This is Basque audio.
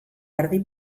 erdi